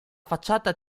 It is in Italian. facciata